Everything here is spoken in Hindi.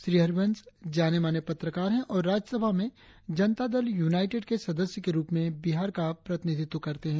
श्री हरिवंश जाने माने पत्रकार हैं और राज्यसभा में जनता दल युवाइटेड के सदस्य के रुप में बिहार का प्रतिनिधित्व करते हैं